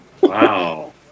Wow